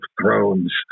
Thrones